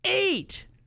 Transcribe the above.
eight